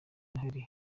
noheli